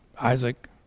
Isaac